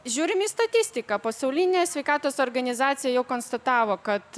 žiūrim į statistiką pasaulinė sveikatos organizacija jau konstatavo kad